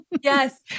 Yes